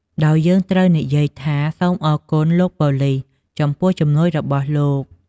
ដោយយើងត្រូវនិយាយថា "សូមអរគុណ លោកប៉ូលិស ចំពោះជំនួយរបស់លោក"។